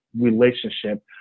relationship